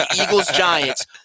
Eagles-Giants